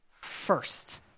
first